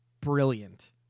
brilliant